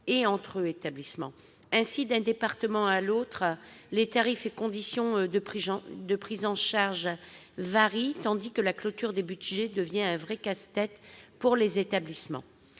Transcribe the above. qu'entre eux. Ainsi, d'un département à l'autre, les tarifs et les conditions de prise en charge varient, tandis que la clôture des budgets devient un vrai casse-tête pour les établissements.